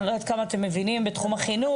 אני לא יודעת כמה אתם מבינים בתחום החינוך,